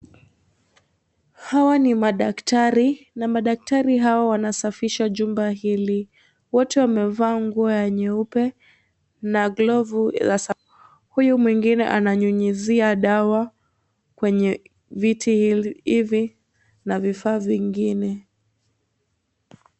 Hawa ni madaktari na madaktari hawa wanasafisha jumba hili. Wote wamevaa nguo ya nyeupe na glovu ya samawati. Huyu mwingine ananyunyuzia dawa kwenye viti hivi na vifaa zingine.